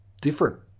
different